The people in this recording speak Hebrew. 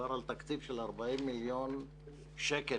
מדובר בתקציב של 40 מיליון שקלים.